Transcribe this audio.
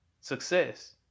Success